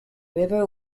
river